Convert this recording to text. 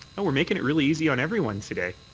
we're making it really easy on everyone today.